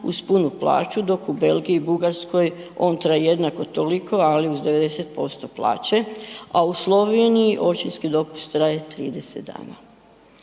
uz punu plaću, dok u Belgiji, Bugarskoj on traje jednako toliko ali uz 90% plaće, a u Sloveniji očinski dopust traje 30 dana.